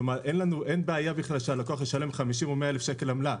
כלומר אין בעיה בכלל שהלקוח ישלם 50 או מאה אלף שקל עמלה,